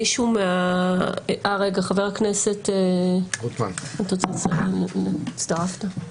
חבר הכנסת רוטמן, הצטרפת.